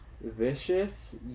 vicious